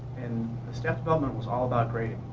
and the staff development was all about grading.